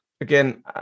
again